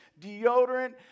deodorant